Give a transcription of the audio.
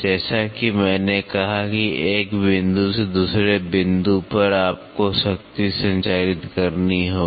जैसा कि मैंने कहा कि एक बिंदु से दूसरे बिंदु पर आपको शक्ति संचारित करनी होगी